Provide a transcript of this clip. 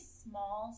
small